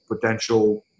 potential